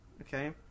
Okay